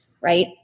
right